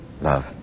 Love